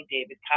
David